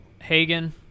Hagen